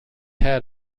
had